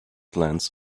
glance